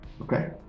Okay